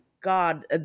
God